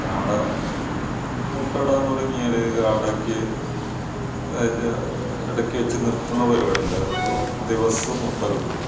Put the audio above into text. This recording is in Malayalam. കാട മുട്ട ഇടാൻ തുടങ്ങിയാൽ കാടക്ക് ഇടക്ക് വച്ച് നിർത്തുന്ന പരിപാടിയില്ല ദിവസവും മുട്ട കിട്ടും